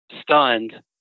stunned